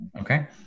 Okay